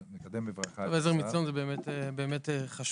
׳עזר מציון׳ זה באמת ארגון